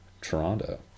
toronto